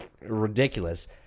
ridiculous